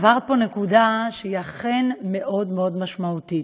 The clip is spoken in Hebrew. הבהרת פה נקודה שהיא אכן מאוד מאוד משמעותית,